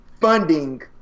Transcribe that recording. funding